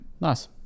nice